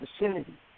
vicinity